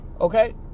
okay